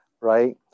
Right